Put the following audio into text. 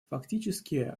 фактически